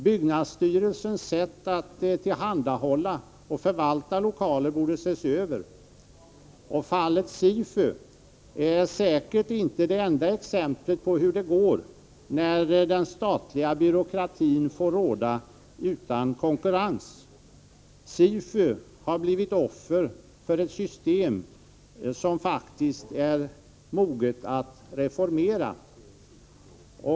Byggnadsstyrelsens sätt att tillhandahålla och förvalta lokaler borde ses över. Fallet SIFU är säkert inte det enda exemplet på hur det går när den statliga byråkratin får råda utan konkurrens. SIFU har blivit offer för ett system som faktiskt är moget att reformeras.